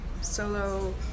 solo